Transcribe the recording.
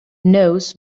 knows